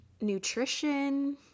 nutrition